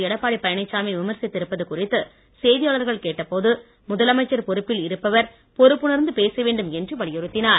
எடப்பாடி பழனிசாமி விமர்சித்து இருப்பது குறித்து செய்தியாளர்கள் கேட்ட போது முதலமைச்சர் பொறுப்பில் இருப்பவர் பொறுப்புணர்ந்து பேச வேண்டும் என்று வலியுறுத்தினார்